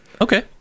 Okay